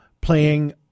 playing